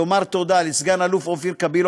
לומר תודה לסגן אלוף אופיר קבילו,